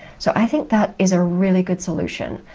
so i think that is a really good solution.